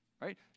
right